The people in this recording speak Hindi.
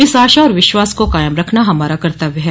इस आशा और विश्वास को कायम रखना हमारा कर्तव्य है